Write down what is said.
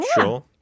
Sure